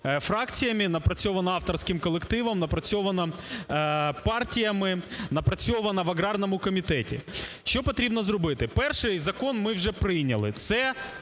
фракціями, напрацьовано авторським колективом, напрацьовано партіями, напрацьовано в аграрному комітеті. Що потрібно зробити? Перший закон ми вже прийняли